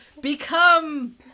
Become